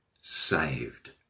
saved